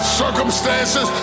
circumstances